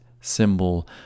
symbol